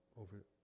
over